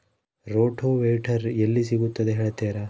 Rotavator ಎಲ್ಲಿ ಸಿಗುತ್ತದೆ ಹೇಳ್ತೇರಾ?